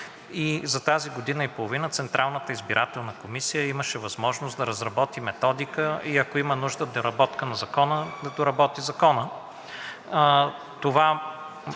за тази година и половина Централната избирателна комисия имаше възможност да разработи методика и ако има нужда от доработка на Закона, да доработи Закона.